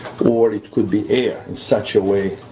or it could be air in such a way.